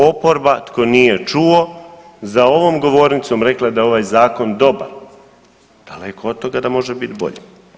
Oporba, tko nije čuo, za ovom govornicom rekla je da je ovaj zakon dobar., daleko od toga da može bit bolji.